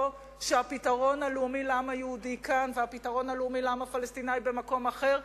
שהפתרון הלאומי לעם היהודי כאן והפתרון לעם הפלסטיני במקום אחר,